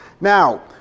Now